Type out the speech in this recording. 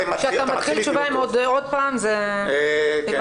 כשאתה מתחיל תשובה עם "עוד פעם" הבנו.